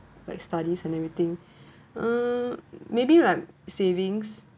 like studies and everything uh maybe like savings